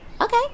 Okay